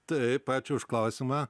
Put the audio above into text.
taip ačiū už klausimą